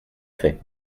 fait